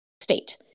State